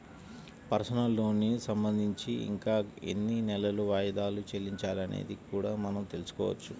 personal లోనుకి సంబంధించి ఇంకా ఎన్ని నెలలు వాయిదాలు చెల్లించాలి అనేది కూడా మనం తెల్సుకోవచ్చు